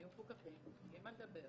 הם יהיו מפוקחים, יהיה על מה לדבר.